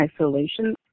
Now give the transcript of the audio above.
isolation